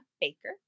Baker